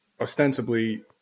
ostensibly